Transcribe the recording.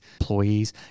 employees